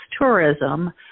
tourism